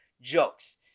jokes